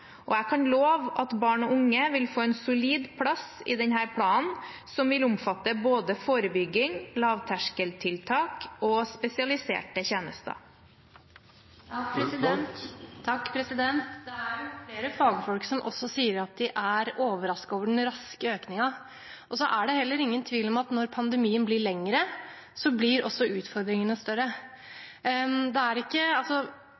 Jeg kan love at barn og unge vil få en solid plass i denne planen, som vil omfatte både forebygging, lavterskeltiltak og spesialiserte tjenester. Det er jo flere fagfolk som også sier at de er overrasket over den raske økningen. Så er det heller ingen tvil om at når pandemien blir lengre, blir også utfordringene